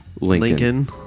Lincoln